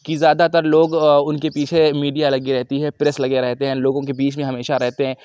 کہ زیادہ تر لوگ ان کے پیچھے میڈیا لگی رہتی ہے پریس لگے رہتے ہیں لوگوں کے بیچ میں ہمیشہ رہتے ہیں